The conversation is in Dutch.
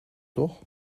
toch